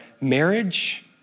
marriage